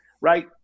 right